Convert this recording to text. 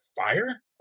fire